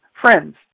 friends